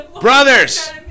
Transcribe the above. brothers